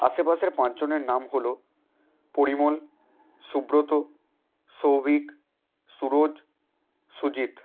আশেপাশের পাঁচজনের নাম হলো পরিমল সুব্রত সৌভিক সুরজ সুজিত